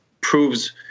proves